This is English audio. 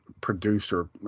producer